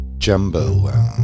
jumbo